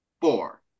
Four